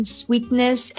sweetness